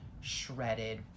shredded